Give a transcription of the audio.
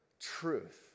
truth